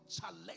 challenge